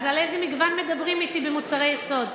אז על איזה מגוון מדברים אתי במוצרי יסוד?